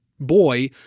boy